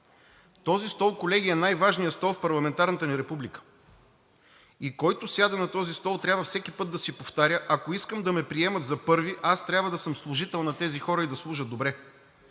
Този стол, колеги, е най-важният стол в парламентарната ни република и който сяда на този стол, трябва всеки път да си повтаря: „Ако искам да ме приемат за първи, аз трябва да съм служител на тези хора и да служа добре.“